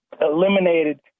eliminated